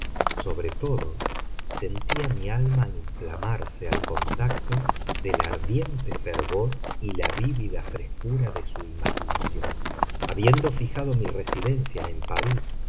sobre todo sentía mi alma inflamarse al contacto del ardiente fervor y la vívida frescura de su imaginación habiendo fijado mi residencia en parís